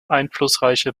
einflussreiche